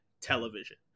television